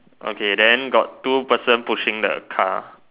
okay then got two person pushing the car